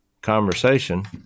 conversation